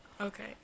okay